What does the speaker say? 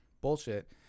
bullshit